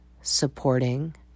supporting